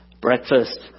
Breakfast